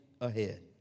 ahead